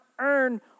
earn